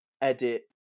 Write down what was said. edit